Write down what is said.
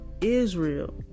Israel